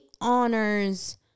honors